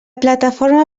plataforma